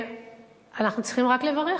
ואנחנו צריכים רק לברך.